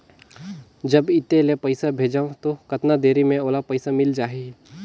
जब इत्ते ले पइसा भेजवं तो कतना देरी मे ओला पइसा मिल जाही?